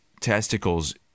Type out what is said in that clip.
testicles